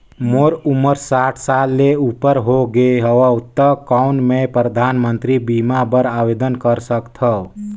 मोर उमर साठ साल ले उपर हो गे हवय त कौन मैं परधानमंतरी बीमा बर आवेदन कर सकथव?